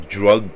drug